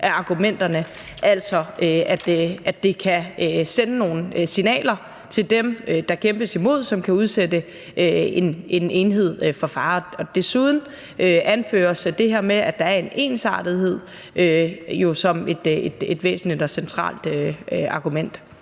af sikkerhedsargumenterne altså, at det kan sende nogle signaler til dem, der kæmpes mod, hvilket kan udsætte en enhed for fare. Desuden anføres det her med, at der er en ensartethed, jo som et væsentligt og centralt argument.